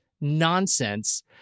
nonsense